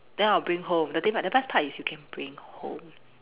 then I'll bring home the thing what the best part is you can bring home